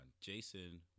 Jason